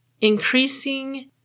increasing